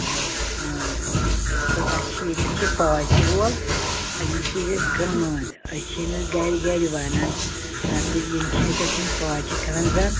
ٲں ٲں تَہ حظ اسہِ چھُ ییٚتیٚتھ یہِ پاچہِ وول أمۍ حظ تُج اسہِ گانٛد أسۍ چھِ أمس گَرٕ گَرٕ وَنان ٲں تہٕ یِم چھِ اَتیٚتھ پاچہِ کَنٛزان